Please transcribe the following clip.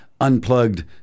unplugged